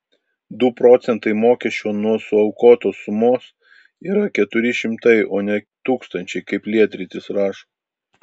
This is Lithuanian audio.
du procentai mokesčio nuo suaukotos sumos yra keturi šimtai o ne tūkstančiai kaip lietrytis rašo